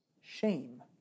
shame